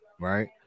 Right